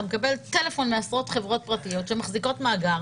אתה מקבל טלפון מעשרות חברות פרטיות שמחזיקות מאגר